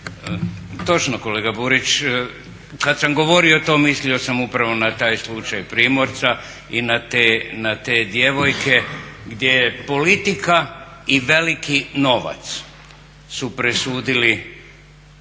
Točno kolega Burić, kad sam govorio to mislio sam upravo na taj slučaj Primorca i na te djevojke gdje politika i veliki novac su presudili djeci